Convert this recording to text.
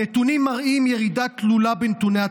הנתונים מראים ירידה תלולה בנתוני התחלואה.